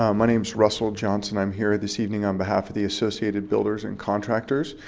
um my name's russell johnson. i'm here this evening on behalf of the associated builders and contractors.